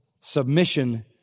submission